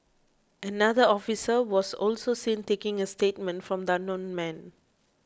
another officer was also seen taking a statement from the unknown man